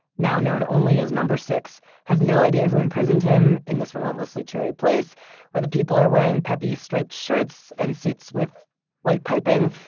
now known only as number six has no idea who imprisoned him in this relentlessly cheery place where the people are wearing peppy striped shirts and suits with white piping,